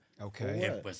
Okay